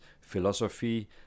philosophy